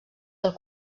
del